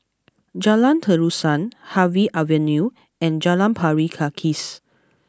Jalan Terusan Harvey Avenue and Jalan Pari Kikis